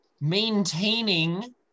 maintaining